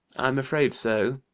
am afraid so.